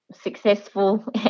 successful